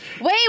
Wait